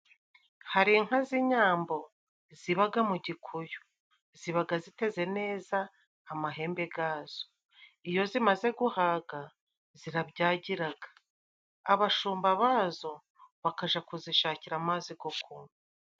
Hari inka z'inyambo zibaga mu gikuyu zibaga ziteze neza amahembe gazo iyo zimaze guhaga zirabyagiraga abashumba bazo bakaja kuzishakira amazi gokunwa.